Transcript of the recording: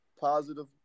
positive